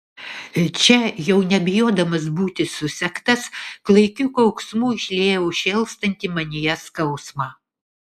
čia jau nebijodamas būti susektas klaikiu kauksmu išliejau šėlstantį manyje skausmą